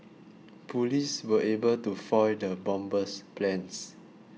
police were able to foil the bomber's plans